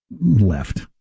left